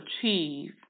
achieve